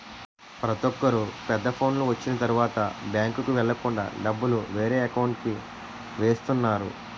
ప్రతొక్కరు పెద్ద ఫోనులు వచ్చిన తరువాత బ్యాంకుకి వెళ్ళకుండా డబ్బులు వేరే అకౌంట్కి వేస్తున్నారు